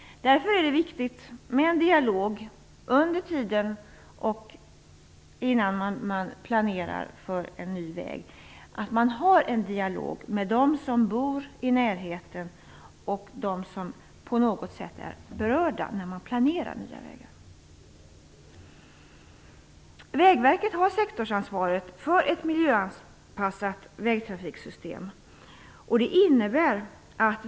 Därför är det när man planerar för en ny väg viktigt att man har en dialog med dem som bor i närheten och även med andra som på något sätt är berörda av planeringen. Vägverket har sektorsansvaret för ett miljöanpassat vägtrafiksystem.